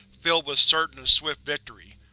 filled with certain and swift victory.